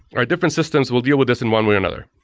our different systems will deal with this in one way or another,